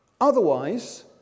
otherwise